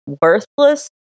worthless